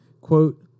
Quote